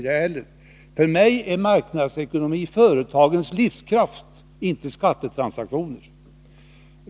Som jag ser det bygger marknadsekonomi på företagens livskraft, inte på skattetransaktioner.